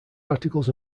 articles